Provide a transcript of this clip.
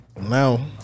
Now